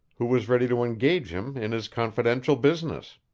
who was ready to engage him in his confidential business?